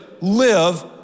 live